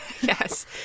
Yes